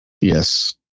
Yes